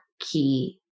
key